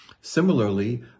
Similarly